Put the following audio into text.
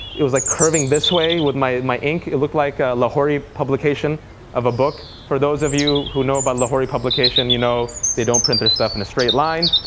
it was like curving this way with my my ink. it looked like a lahori publication of a book. for those of you who know about lahori publication, you know they don't print their stuff in a straight line.